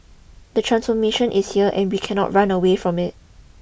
the transformation is here and we cannot run away from it